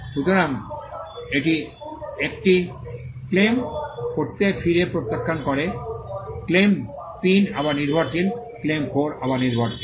সুতরাং এটি 1 টি ক্লেম করতে ফিরে প্রত্যাখ্যান করে ক্লেম 3 আবার নির্ভরশীল ক্লেম 4 আবার নির্ভরশীল